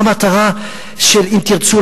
זו המטרה של אם תרצו,